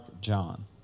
John